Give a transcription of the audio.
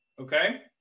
okay